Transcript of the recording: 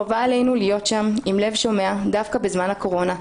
חובה עלינו להיות שם עם לב שומע דווקא בזמן הקורונה.